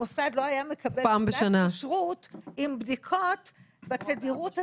מוסד לא היה מקבל תעודת כשרות עם בדיקות בתדירות הזו.